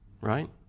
right